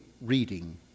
reading